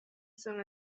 son